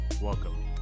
welcome